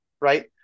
right